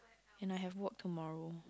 and I have work tomorrow